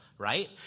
right